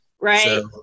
Right